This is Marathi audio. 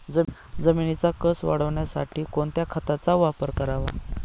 जमिनीचा कसं वाढवण्यासाठी कोणत्या खताचा वापर करावा?